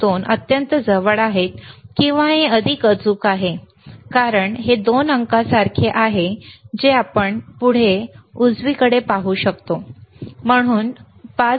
92 अत्यंत जवळ आहेत किंवा हे अधिक अचूक आहे कारण हे 2 अंकासारखे आहे जे आपण पुढे उजवीकडे पाहू शकतो म्हणून 5